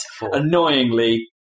annoyingly